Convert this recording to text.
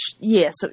yes